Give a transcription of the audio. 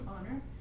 honor